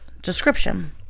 description